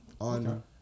on